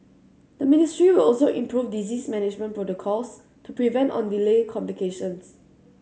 the ministry will also improve disease management protocols to prevent or delay complications